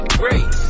great